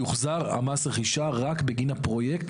יוחזר מס הרכישה רק בגין הפרויקט,